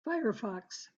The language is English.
firefox